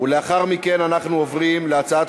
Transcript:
זה כולל